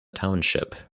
township